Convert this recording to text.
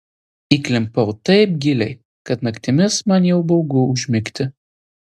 įklimpau taip giliai kad naktimis man jau baugu užmigti